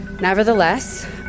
Nevertheless